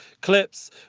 clips